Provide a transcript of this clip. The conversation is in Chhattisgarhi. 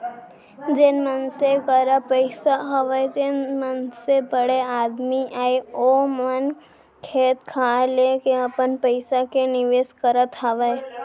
जेन मनसे करा पइसा हवय जेन मनसे बड़े आदमी अय ओ मन खेत खार लेके अपन पइसा के निवेस करत हावय